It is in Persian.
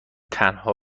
تنها